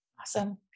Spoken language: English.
awesome